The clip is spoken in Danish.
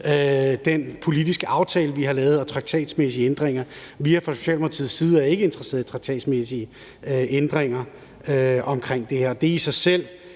den politiske aftale, som vi har lavet, og traktatmæssige ændringer. Fra Socialdemokratiets side er vi ikke interesserede i traktatmæssige ændringer om det her. Det i sig selv